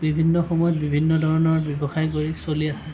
বিভিন্ন সময়ত বিভিন্ন ধৰণৰ ব্যৱসায় কৰি চলি আছে